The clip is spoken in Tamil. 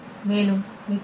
மேலும் மிக்க நன்றி